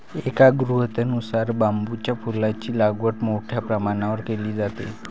एका गृहीतकानुसार बांबूच्या फुलांची लागवड मोठ्या प्रमाणावर केली जाते